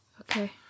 Okay